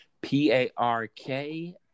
P-A-R-K